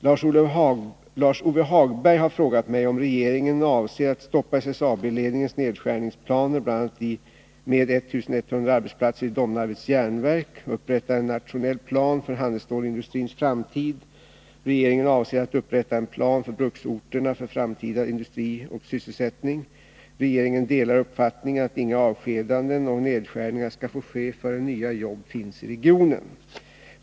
Lars-Ove Hagberg har frågat mig om regeringen avser att stoppa SSAB-ledningens nedskärningsplaner, bl.a. med 1 100 arbetsplatser i Domnarvets Jernverk, och upprätta en nationell plan för handelsstålsindustrins framtid, regeringen avser att upprätta en plan för bruksorterna för framtida industri och sysselsättning, regeringen delar uppfattningen att inga avskedanden och nedskärningar skall få ske förrän nya jobb finns i regionen.